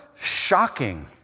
shocking